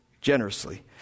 generously